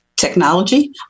technology